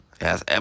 Yes